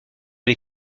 les